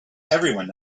everyone